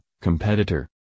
competitor